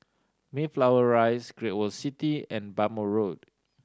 Mayflower Rise Great World City and Bhamo Road